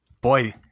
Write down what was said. Boy